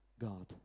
God